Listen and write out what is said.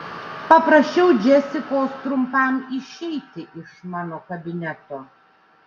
paprašiau džesikos trumpam išeiti iš mano kabineto